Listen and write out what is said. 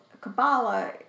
Kabbalah